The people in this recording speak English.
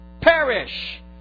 perish